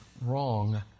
wrong